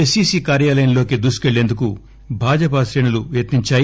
SEC కార్యాలయంలోకి దూసుకెళ్లేందుకు భాజపా శ్రేణులు యత్సించాయి